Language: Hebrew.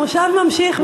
המושב ממשיך.